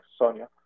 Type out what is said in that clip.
Sonia